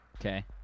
okay